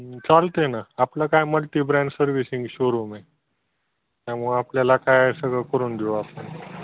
चालते ना आपलं काय मल्टी ब्रँड सर्विसिंग शोरूम आहे त्यामुळं आपल्याला काय सगळं करून देऊ आपण